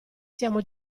siamo